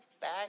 back